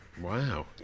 Wow